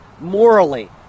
morally